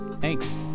Thanks